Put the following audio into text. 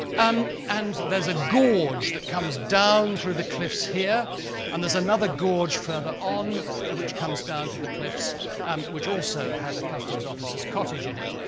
um and there's a gorge that comes down through the cliffs here and there's another gorge further on which comes down to the cliffs um which also had a customs officer's cottage in it.